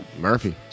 Murphy